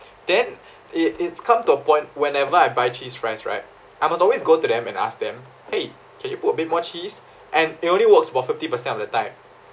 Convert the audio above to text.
then it it's come to a point whenever I buy cheese fries right I must always go to them and ask them !hey! can you put a bit more cheese and it only works about fifty percent of the time